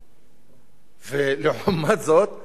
לעומת זאת,